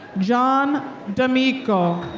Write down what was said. john d'amico.